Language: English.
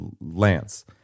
Lance